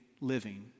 living